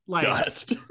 Dust